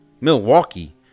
Milwaukee